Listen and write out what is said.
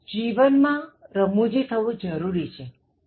જીવન માં રમૂજી થવું જરુરી છે